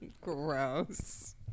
Gross